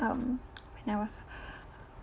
um when I was